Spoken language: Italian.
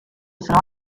sono